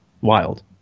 Wild